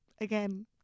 Again